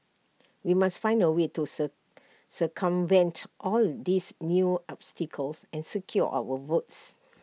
we must find A way to sir circumvent all these new obstacles and secure our votes